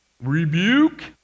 rebuke